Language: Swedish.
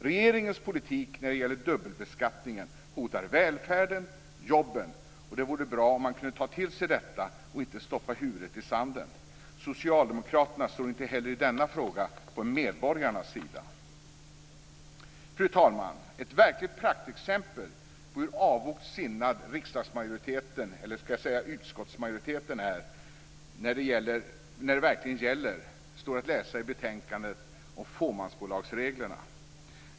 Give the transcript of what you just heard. Regeringens politik när det gäller dubbelbeskattningen hotar välfärden, jobben. Det vore bra om man kunde ta till sig detta och inte stoppa huvudet i sanden. Socialdemokraterna står inte heller i denna fråga på medborgarnas sida. Fru talman! Ett verkligt praktexempel på hur avogt sinnad utskottsmajoriteten är när det verkligen gäller står att läsa i betänkandet om reglerna för fåmansbolag.